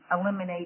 eliminate